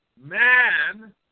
Man